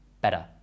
Better